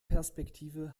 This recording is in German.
perspektive